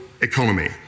economy